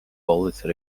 policy